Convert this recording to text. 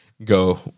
Go